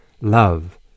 love